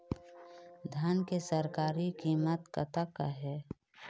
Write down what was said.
धान के सरकारी कीमत कतका हे?